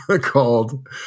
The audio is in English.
called